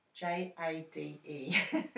J-A-D-E